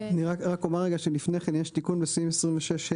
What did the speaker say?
אני רק אומר רגע שלפני כן יש תיקון בסעיף 26(ה)(א)